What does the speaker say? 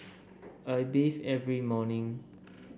I bathe every morning